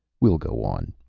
we'll go on,